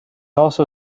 also